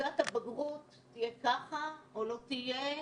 שתעודת הבגרות תהיה או לא תהיה.